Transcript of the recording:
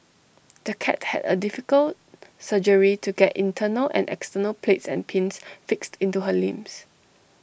the cat had A difficult surgery to get internal and external plates and pins fixed into her limbs